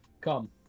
come